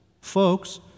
Folks